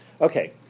Okay